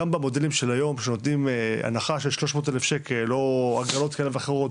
גם במודלים של היום שנותנים הנחה של 300,000 ₪ או הגרלות כאלה ואחרות